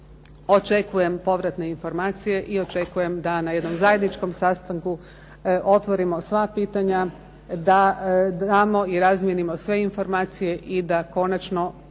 Očekujem povratne informacije i očekujem da na jednom zajedničkom sastanku otvorimo sva pitanja, da damo i razmijenimo sve informacije i da konačno,